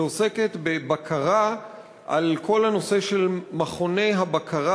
שעוסקת בבקרה על כל הנושא של מכוני הבקרה